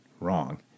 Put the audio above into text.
wrong